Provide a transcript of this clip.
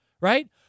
right